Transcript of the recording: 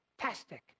fantastic